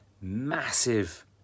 massive